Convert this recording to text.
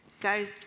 Guys